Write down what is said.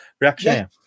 reaction